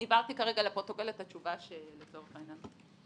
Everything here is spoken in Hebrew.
אני הבהרתי כרגע לפרוטוקול את התשובה שלצורך העניין.